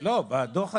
לא, בדוח הזה.